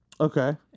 okay